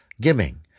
giving